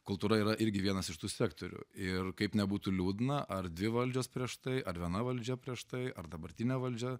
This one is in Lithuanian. kultūra yra irgi vienas iš tų sektorių ir kaip nebūtų liūdna ar dvi valdžios prieš tai ar viena valdžia prieš tai ar dabartinė valdžia